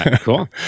Cool